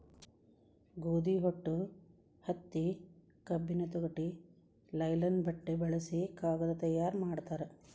ಗೋದಿ ಹೊಟ್ಟು ಹತ್ತಿ ಕಬ್ಬಿನ ತೊಗಟಿ ಲೈಲನ್ ಬಟ್ಟೆ ಬಳಸಿ ಕಾಗದಾ ತಯಾರ ಮಾಡ್ತಾರ